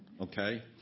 Okay